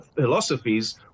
philosophies